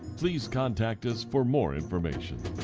please contact us for more information.